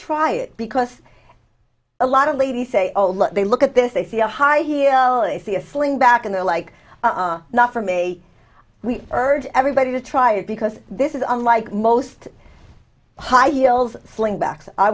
try it because a lot of ladies say oh look they look at this they see a high here i see a sling back and they're like not for me we urge everybody to try it because this is unlike most high